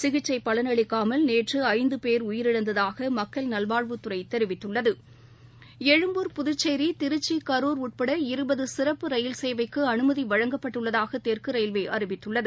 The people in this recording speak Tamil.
சிகிச்சைபலன் அளிக்காமல் நேற்றுஐந்தபேர் உயிரிழந்ததாகமக்கள் நல்வாழ்வுத்துறைதெரிவித்துள்ளது எழும்பூர் புதுச்சேரி திருச்சி கரூர் உட்பட ரயில் இருபதுசிறப்பு சேவைக்குஅனுமதிவழங்கப்பட்டுள்ளதாகதெற்குரயில்வேஅறிவித்துள்ளது